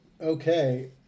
Okay